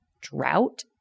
drought